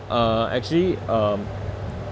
uh actually um